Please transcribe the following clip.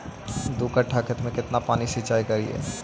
दू कट्ठा खेत में केतना पानी सीचाई करिए?